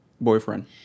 boyfriend